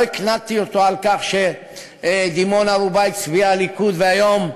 לא הקנטתי אותו על כך שדימונה רובה הצביעה ליכוד והיום,